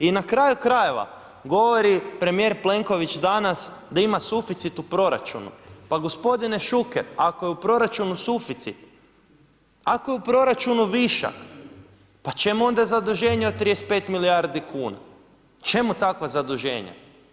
I na kraju krajeva govori premijer Plenković danas da ima suficit u proračunu, pa gospodine Šuker ako je u proračunu suficit, ako je u proračunu višak pa čemu onda zaduženje od 35 milijardi kuna, čemu takva zaduženja?